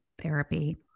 therapy